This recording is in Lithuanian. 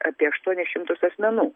apie aštuonis šimtus asmenų